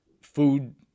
food